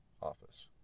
office